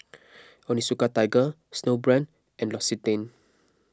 Onitsuka Tiger Snowbrand and L'Occitane